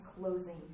closing